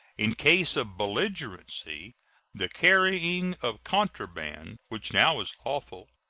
in case of belligerency the carrying of contraband, which now is lawful,